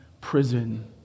prison